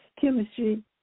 chemistry